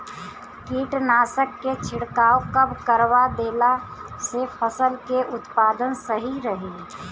कीटनाशक के छिड़काव कब करवा देला से फसल के उत्पादन सही रही?